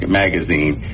magazine